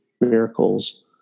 miracles